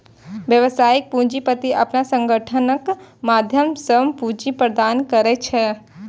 व्यावसायिक पूंजीपति अपन संगठनक माध्यम सं पूंजी प्रदान करै छै